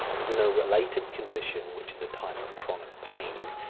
is in a related condition which is a type of chronic pain,